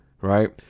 Right